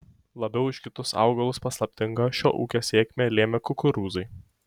labiau už kitus augalus paslaptingą šio ūkio sėkmę lėmė kukurūzai